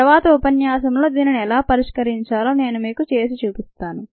తరువాత ఉపన్యాసంలో దీనిని ఎలా పరిష్కరించాలో నేను మీకు చూపిస్తాను